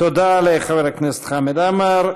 תודה לחבר הכנסת חמד עמאר.